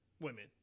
women